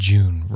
June